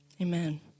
Amen